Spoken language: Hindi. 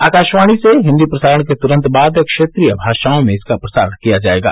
आकाशवाणी से हिंदी प्रसारण के तुरन्त बाद क्षेत्रीय भाषाओं में इसका प्रसारण किया जायेगा